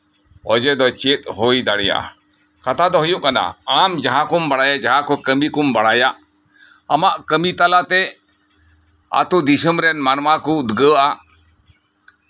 ᱚᱡᱮ ᱫᱚ ᱪᱮᱫ ᱦᱳᱭ ᱫᱟᱲᱮᱭᱟᱜᱼᱟ ᱠᱟᱛᱷᱟ ᱫᱚ ᱦᱳᱭᱳᱜ ᱠᱟᱱᱟ ᱟᱢ ᱡᱟᱦᱟᱸ ᱠᱚᱢ ᱵᱟᱲᱟᱭᱟ ᱡᱟᱦᱟᱸ ᱠᱚ ᱠᱟᱹᱢᱤ ᱠᱚᱢ ᱵᱟᱲᱟᱭᱟ ᱟᱢᱟᱜ ᱠᱟᱹᱢᱤ ᱛᱟᱞᱟᱛᱮ ᱟᱛᱳ ᱫᱤᱥᱚᱢᱨᱮᱱ ᱢᱟᱱᱣᱟ ᱠᱚ ᱩᱫᱽᱜᱟᱹᱜᱼᱟ